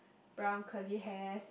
brown curly hair